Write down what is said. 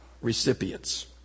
recipients